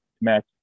match